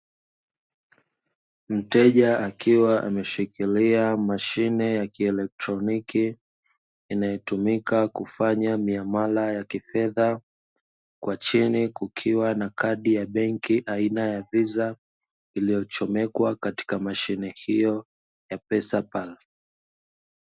Mteja akiwa ameshikilia mashine ya kielektroni, inayotumika kufanya miamala ya kifedha kwa chini kukiwa na kadi ya benki aina ya "Visa" iliyochomekwa katika mashine hiyo ya "Pesa Pal".